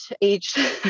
age